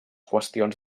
qüestions